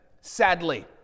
sadly